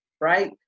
right